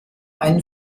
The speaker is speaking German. einen